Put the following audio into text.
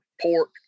pork